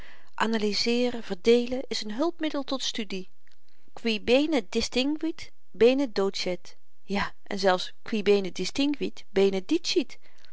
analyseeren verdeelen is een hulpmiddel tot studie qui bene distinguit bene docet ja en zelfs qui bene